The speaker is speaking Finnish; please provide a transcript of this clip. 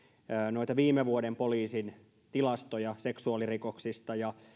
viime vuoden poliisin tilastoja seksuaalirikoksista